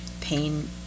pain